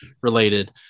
related